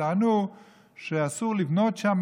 וטענו שאסור לבנות שם,